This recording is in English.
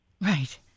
Right